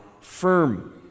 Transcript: firm